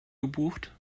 gebucht